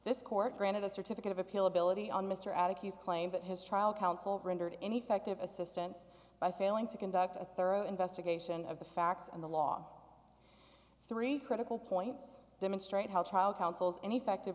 this court granted a certificate of appeal ability on mr addict he's claimed that his trial counsel rendered ineffective assistance by failing to conduct a thorough investigation of the facts and the law three critical points demonstrate how child counsels and effective